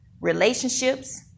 relationships